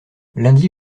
lundi